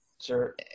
Sure